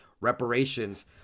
reparations